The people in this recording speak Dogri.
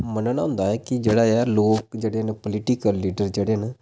मन्नना होंदा ऐ कि जेह्ड़ा ऐ लोक जेह्ड़े न पोलिटकल लीडर जेह्ड़े न